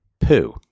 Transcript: poo